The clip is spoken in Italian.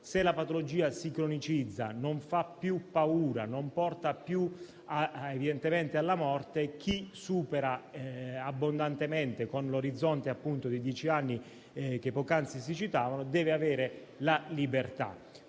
se la patologia si cronicizza, non fa più paura e non porta più alla morte, chi la supera abbondantemente, con l'orizzonte dei dieci anni che poc'anzi si citava, deve avere la libertà.